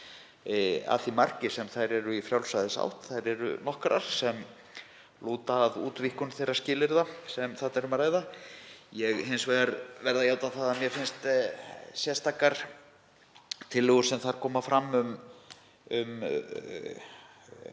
að því marki sem þær eru í frjálsræðisátt. Þær eru nokkrar sem lúta að útvíkkun þeirra skilyrða sem þarna er um að ræða. Ég verð hins vegar að játa það að mér finnst sérstakrar tillögur sem þar koma fram um að